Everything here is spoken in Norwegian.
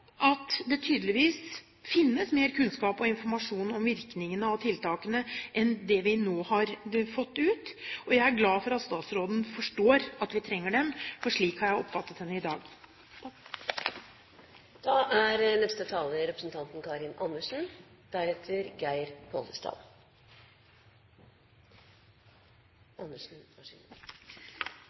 at det tydeligvis finnes mer kunnskap og informasjon om virkningen av tiltakene enn det vi nå har fått ut. Jeg er glad for at statsråden forstår at vi trenger dem, for slik har jeg oppfattet henne i dag. Dette er